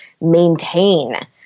maintain